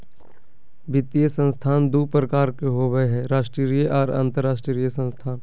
वित्तीय संस्थान दू प्रकार के होबय हय राष्ट्रीय आर अंतरराष्ट्रीय संस्थान